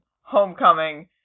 Homecoming